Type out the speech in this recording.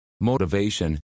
Motivation